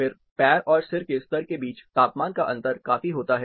फिर पैर और सिर के स्तर के बीच तापमान का अंतर काफी होता है